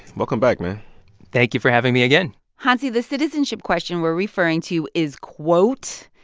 welcome back, man thank you for having me again hansi, the citizenship question we're referring to is, quote,